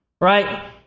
Right